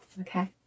Okay